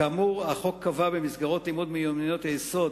כאמור, החוק קבע שבמסגרות לימודי מיומנויות היסוד,